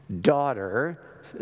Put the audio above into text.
daughter